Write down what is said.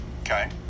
Okay